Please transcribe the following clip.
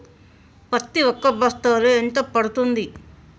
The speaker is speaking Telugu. పత్తి ఒక బస్తాలో ఎంత పడ్తుంది?